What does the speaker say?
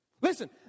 Listen